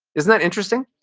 isn't that interesting?